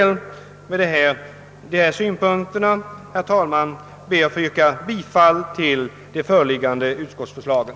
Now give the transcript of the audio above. Jag ber att med dessa synpunkter få yrka bifall till utskottets hemställan.